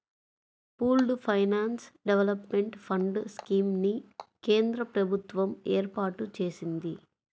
pooled finance development fund scheme ని కేంద్ర ప్రభుత్వం ఏర్పాటు చేసింది